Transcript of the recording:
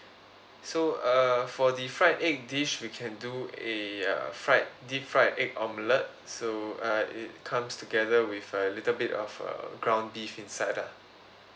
so uh for the fried egg dish we can do a uh fried deep fried egg omelette so uh it comes together with a little bit of uh ground beef inside lah